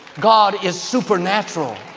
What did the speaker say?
god is supernatural.